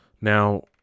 Now